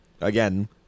again